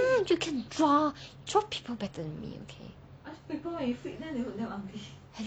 have you can draw people better than me okay